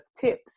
tips